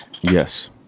Yes